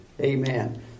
amen